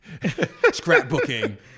scrapbooking